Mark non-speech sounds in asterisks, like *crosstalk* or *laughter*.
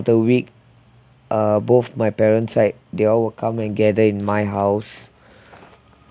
the week uh both my parents side they all will come and gather in my house *breath*